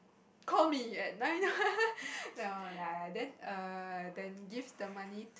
call me at nine no lah then err then give the money to